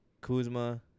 Kuzma